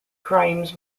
crimes